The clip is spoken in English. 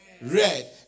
Red